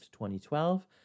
2012